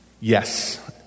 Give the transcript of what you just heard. Yes